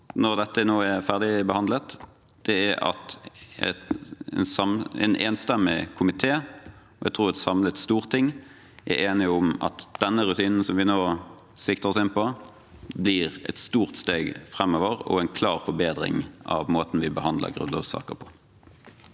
når dette nå er ferdigbehandlet, er at en enstemmig komité og, jeg tror, et samlet storting er enige om at denne rutinen som vi nå sikter oss inn på, blir et stort steg framover og en klar forbedring av måten vi behandler grunnlovssaker på.